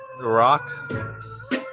rock